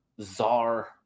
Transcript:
czar